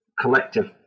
collective